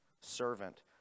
servant